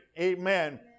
amen